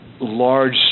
large